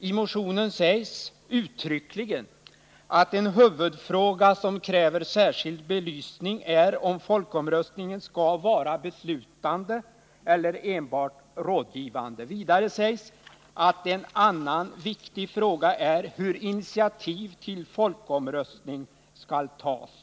I motionen sägs uttryckligen: ”Huvudfrågor som kräver belysning är om folkomröstning skall vara beslutande eller enbart rådgivande.” Vidare sägs att en annan viktig fråga är ”hur initiativ till folkomröstning skall tas”.